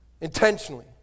Intentionally